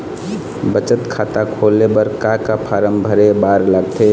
बचत खाता खोले बर का का फॉर्म भरे बार लगथे?